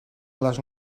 les